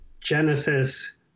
Genesis